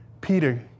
Peter